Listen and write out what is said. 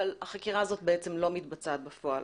אבל החקירה הזאת בעצם לא מתבצעת בפועל.